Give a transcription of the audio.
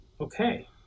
Okay